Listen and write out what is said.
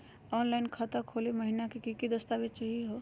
Online खाता खोलै महिना की की दस्तावेज चाहीयो हो?